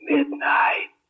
Midnight